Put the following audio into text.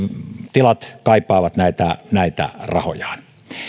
tilat kaipaavat näitä näitä rahojaan